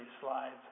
slides